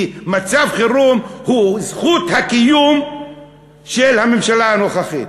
כי מצב חירום הוא זכות הקיום של הממשלה הנוכחית.